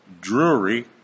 Drury